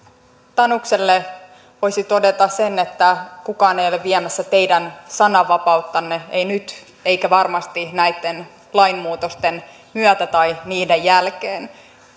tanukselle voisi todeta sen että kukaan ei ole viemässä teidän sananvapauttanne ei nyt eikä varmasti näitten lainmuutosten myötä tai niiden jälkeen